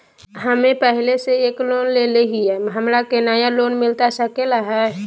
हमे पहले से एक लोन लेले हियई, हमरा के नया लोन मिलता सकले हई?